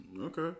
okay